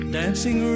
dancing